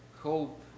hope